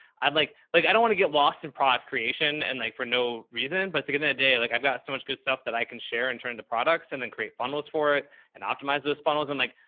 i'd like, like, i don't want to get lost in product creation and like for no reason, but it's, again, that day, like i've got so much good stuff that i can share and turn into products and then create funnels for it and optimize those funnels. i'm like,